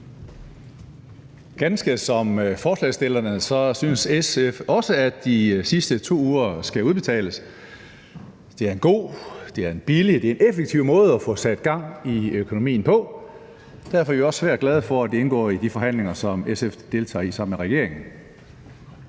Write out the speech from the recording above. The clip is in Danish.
Ganske som forslagsstillerne synes SF også, at de sidste 2 uger skal udbetales. Det er en god, det er en billig, det er en effektiv måde at få sat gang i økonomien på. Derfor er vi også svært glade for, at det indgår i de forhandlinger, som SF deltager i sammen med regeringen.